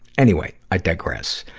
anyway, i digress.